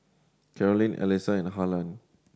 Carolann Allyssa and Harland